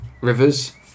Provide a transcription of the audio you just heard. rivers